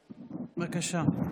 בבקשה.